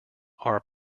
are